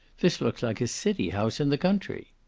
this looks like a city house in the country.